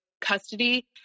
custody